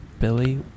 Billy